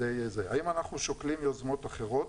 האם אנחנו שוקלים יוזמות אחרות?